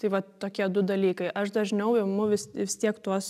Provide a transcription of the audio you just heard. tai vat tokie du dalykai aš dažniau imu vis vis tiek tuos